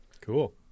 Cool